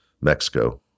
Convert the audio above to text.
Mexico